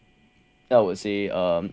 I would say uh